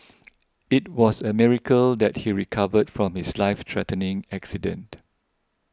it was a miracle that he recovered from his life threatening accident